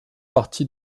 partie